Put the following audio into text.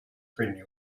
renew